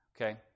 Okay